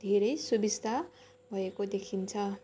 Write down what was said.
धेरै सुविस्ता भएको देखिन्छ